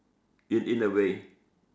in in a way